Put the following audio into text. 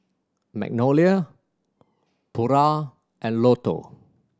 Magnolia Pura and Lotto